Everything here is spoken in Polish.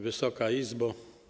Wysoka Izbo!